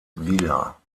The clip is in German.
wieder